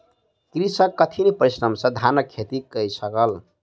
कृषक कठिन परिश्रम सॅ धानक खेती कय सकल